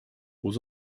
aux